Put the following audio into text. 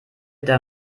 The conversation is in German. der